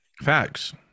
facts